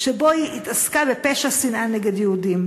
שבו היא התעסקה בפשע שנאה נגד יהודים.